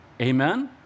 Amen